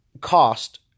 cost